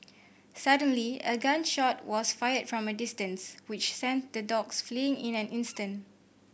suddenly a gun shot was fired from a distance which sent the dogs fleeing in an instant